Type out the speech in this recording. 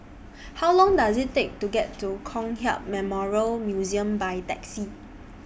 How Long Does IT Take to get to Kong Hiap Memorial Museum By Taxi